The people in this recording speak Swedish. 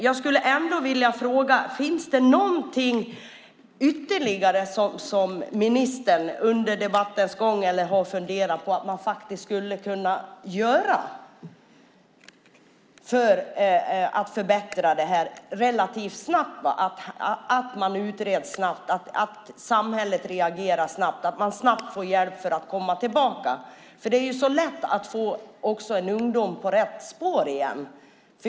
Jag vill ändå fråga: Finns det något ytterligare som ministern under debattens gång eller tidigare funderat på att man skulle kunna göra för att förbättra det relativt snabbt? Det handlar om att brott utreds snabbt, att samhället reagerar snabbt och att ungdomar snabbt får hjälp för att komma tillbaka. Det är så lätt att få en ungdom på rätt spår igen.